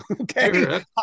Okay